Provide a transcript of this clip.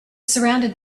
surrounded